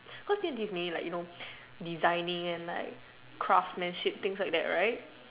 cause D and T is mainly designing and you know craftsmanship things like that right